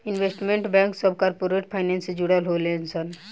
investment bank सभ corporate finance से जुड़ल होले सन